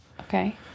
okay